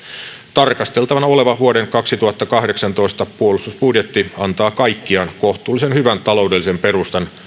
tarkasteltavana oleva vuoden kaksituhattakahdeksantoista puolustusbudjetti antaa kaikkiaan kohtuullisen hyvän taloudellisen perustan